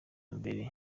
mbere